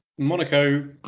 monaco